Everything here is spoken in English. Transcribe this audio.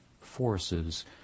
forces